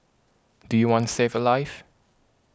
do you want to save a life